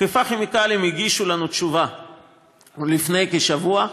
חיפה כימיקלים הגישו לנו תשובה לפני כשבוע,